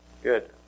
good